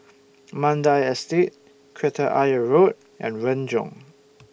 Mandai Estate Kreta Ayer Road and Renjong